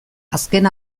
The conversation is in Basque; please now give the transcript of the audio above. azken